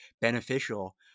beneficial